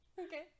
Okay